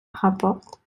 rapporte